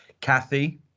Kathy